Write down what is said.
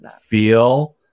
feel